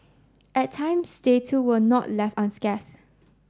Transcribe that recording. at times they too were not left unscathed